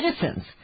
citizens